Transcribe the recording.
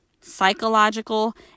psychological